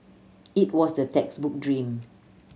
it was the textbook dream